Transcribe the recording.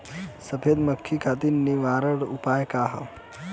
सफेद मक्खी खातिर निवारक उपाय का ह?